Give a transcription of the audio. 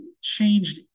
changed